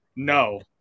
No